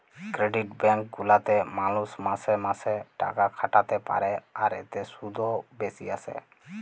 credit bank গুলাতে মালুষ মাসে মাসে তাকাখাটাতে পারে, আর এতে শুধ ও বেশি আসে